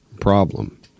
problem